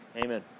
Amen